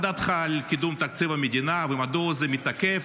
מה דעתך על קידום תקציב המדינה ומדוע זה מתעכב?